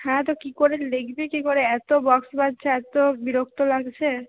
হ্যাঁ তো কি করে লিখবি কি করে এতো বক্স বাজছে এতো বিরক্ত লাগছে